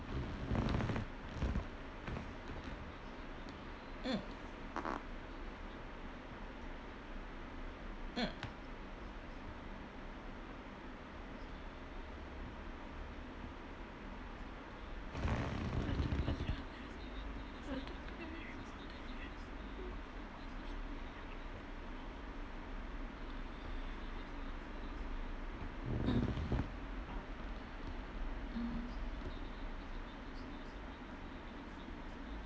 mm mm mm mm